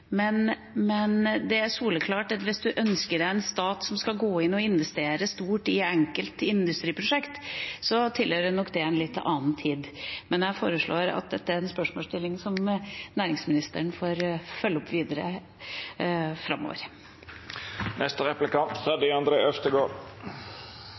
men det er soleklart at hvis en ønsker seg en stat som skal gå inn og investere stort i enkelte industriprosjekter, tilhører nok det en litt annen tid. Men jeg foreslår at dette er en spørsmålsstilling som næringsministeren får følge opp videre framover.